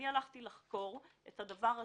כשהלכתי לחקור את הדבר הזה,